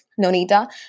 Nonita